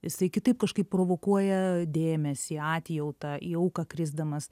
jisai kitaip kažkaip provokuoja dėmesį atjautą į auką krisdamas